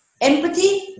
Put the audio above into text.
empathy